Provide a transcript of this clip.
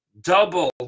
double